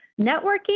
Networking